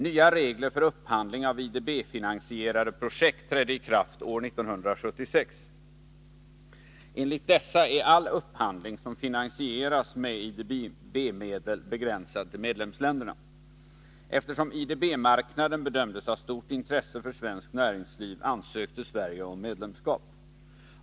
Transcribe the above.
Nya regler för upphandling av IDB-finansierade projekt trädde i kraft år 1976. Enligt dessa är all upphandling som finansieras med IDB-medel begränsad till medlemsländerna. Eftersom IDB-marknaden bedömdes ha stort intresse för svenskt näringsliv ansökte Sverige om medlemskap.